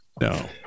No